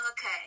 okay